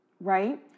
right